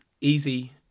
easy